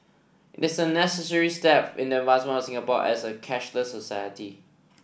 it is a necessary step in the advancement of Singapore as a cashless society